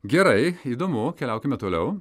gerai įdomu keliaukime toliau